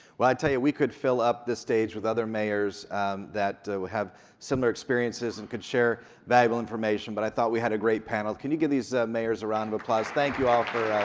well i tell you, we could fill up this stage with other mayors that have similar experiences and could share valuable information, but i thought we had a great panel. can you give these mayors a round of applause? thank you all for.